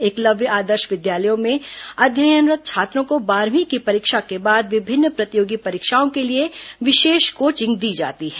एकलव्य आदर्श विद्यालयों में अध्ययनरत् छात्रों को बारहवीं की परीक्षा के बाद विभिन्न प्रतियोगी परीक्षाओं के लिए विशेष कोचिंग दी जाती है